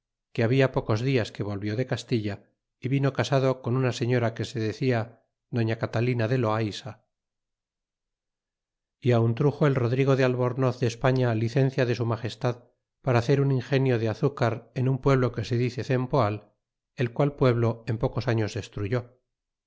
que habia pocos dias que volvió de castilla é vino casado con una señora que se decia doña catalina de loaisa y aun truxo el rodrigo de albornoz de españa licencia de su magestad para hacer un ingenio de azúcar en un pueblo que se dice c empoal el qual pueblo en pocos años destruyó